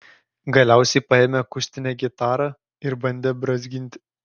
galiausiai paėmė akustinę gitarą ir bandė brązginti